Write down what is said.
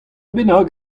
bennak